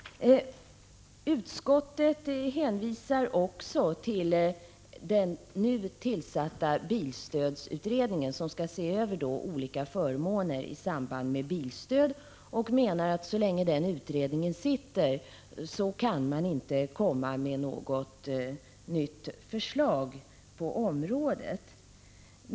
Utskottet hänvisar också till den nu tillsatta bilstödsutredningen, som skall se över olika förmåner i samband med bilstöd. Man menar att så länge denna utredning arbetar kan man inte komma med något förslag på området.